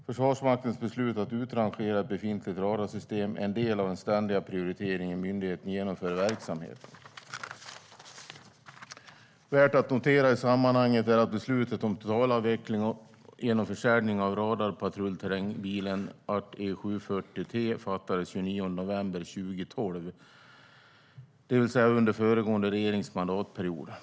Försvarsmaktens beslut att utrangera ett befintligt radarsystem är en del av den ständiga prioritering myndigheten genomför i verksamheten. Värt att notera i sammanhanget är att beslutet om totalavveckling genom försäljning av radarpatrullterrängbilen ArtE 740/T fattades den 29 november 2012 - det vill säga under föregående regerings mandatperiod.